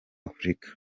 afrika